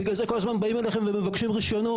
בגלל זה כל הזמן באים אליכם ומבקשים רישיונות,